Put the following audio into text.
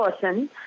person